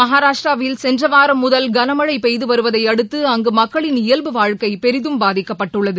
மகாராஷ்டிராவில் சென்ற வாரம் முதல் கனமழை பெய்து வருவதை அடுத்து அங்கு மக்களின் இயல்பு வாழ்க்கை பெரிதும் பாதிக்கப்பட்டுள்ளது